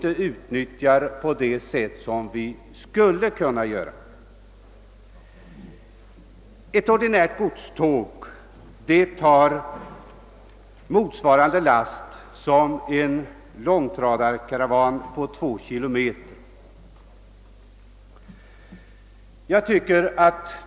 Ett ordinärt godståg tar lika stor last som en långtradarkaravan på två kilometer.